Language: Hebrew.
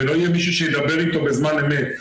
ואם לא יהיה מישהו שידבר איתו בזמן אמת,